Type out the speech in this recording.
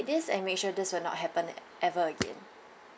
this and make sure this will not happen ever again